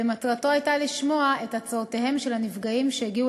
ומטרתו הייתה לשמוע את הצעותיהם של הנפגעים שהגיעו